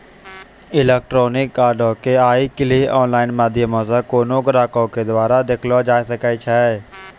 electronic कार्डो के आइ काल्हि आनलाइन माध्यमो से कोनो ग्राहको के द्वारा देखलो जाय सकै छै